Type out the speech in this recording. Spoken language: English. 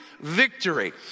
victory